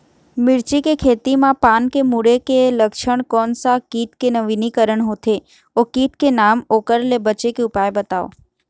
मिर्ची के खेती मा पान के मुड़े के लक्षण कोन सा कीट के नवीनीकरण होथे ओ कीट के नाम ओकर ले बचे के उपाय बताओ?